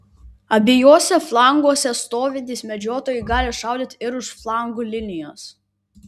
abiejuose flanguose stovintys medžiotojai gali šaudyti ir už flangų linijos